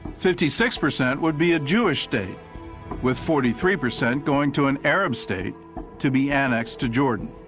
fifty six percent would be a jewish state with forty three percent going to an arab state to be annexed to jordan.